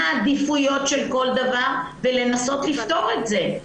העדיפויות של כל דבר ולנסות לפתור את זה.